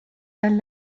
dal